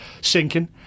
sinking